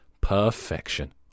Perfection